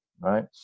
Right